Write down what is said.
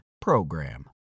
PROGRAM